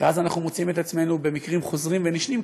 ואז אנחנו מוצאים את עצמנו במקרים חוזרים ונשנים,